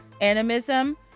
animism